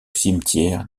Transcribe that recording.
cimetière